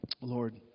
Lord